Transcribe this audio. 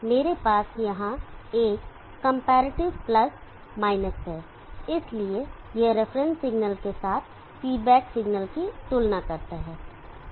मेरे पास यहां एक कंपैरेटिव प्लस माइनस है इसलिए यह रेफरेंस सिग्नल के साथ फीडबैक सिग्नल की तुलना करता है